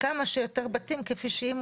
ג'ידא רינאוי זועבי,